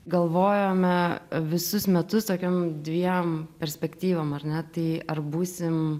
galvojome visus metus tokiom dviem perspektyvom ar ne tai ar būsim